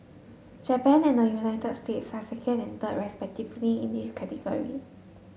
Japan and the United States are second and third respectively in this category